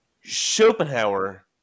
schopenhauer